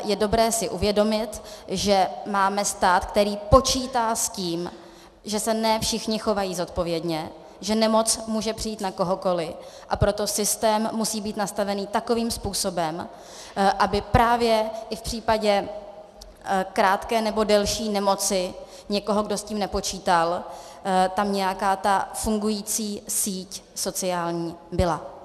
Je dobré si uvědomit, že máme stát, který počítá s tím, že se ne všichni chovají zodpovědně, že nemoc může přijít na kohokoliv, a proto systém musí být nastavený takovým způsobem, aby právě i v případě krátké, nebo delší nemoci někoho, kdo s tím nepočítal, tam nějaká ta fungující sociální síť byla.